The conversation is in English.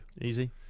easy